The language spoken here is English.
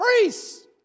priests